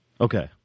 Okay